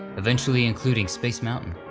eventually including space mountain,